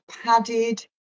padded